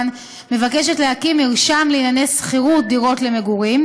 מבקשת להקים מרשם לענייני שכירות דירות למגורים,